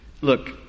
Look